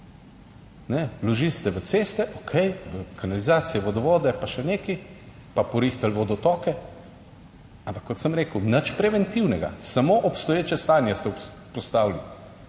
ste v ceste, okej, v kanalizacijo, vodovode pa še nekaj, pa porihtali vodotoke, ampak kot sem rekel, nič preventivnega, samo obstoječe stanje ste vzpostavili